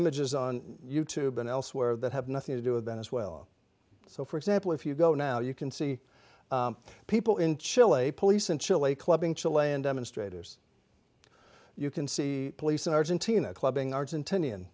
images on you tube and elsewhere that have nothing to do about as well so for example if you go now you can see people in chile police in chile clubbing chalayan demonstrators you can see police in argentina clubbing argentinian